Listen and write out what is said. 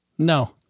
No